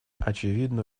очевидно